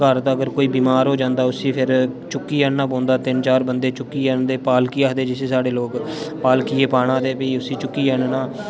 घर दा अगर कोई बीमार हो जांदा उसी फिर चुक्कियै आह्न्ना पौंदा तीन चार बंदे चुक्कियै आह्न्दे पालकी आखदे जिसी साढ़े लोग पालकियै ई पाना ते भी उसी चुक्कियै आह्न्ना